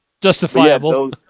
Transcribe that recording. justifiable